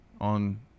on